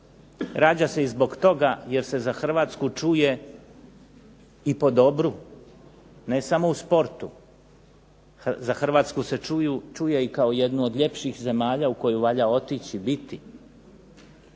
rađa se i zbog toga jer se za Hrvatsku čuje i po dobru, ne samo u sportu. Za Hrvatsku se čuje kao jednu od ljepših zemalja u koju treba otići i biti,